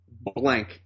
blank